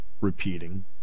repeating